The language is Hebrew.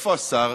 איפה השר?